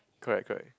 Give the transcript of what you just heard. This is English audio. correct correct